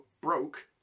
broke